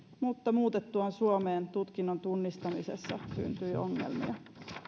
mutta heidän muutettuaan suomeen tutkinnon tunnustamisessa syntyi ongelmia